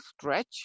stretch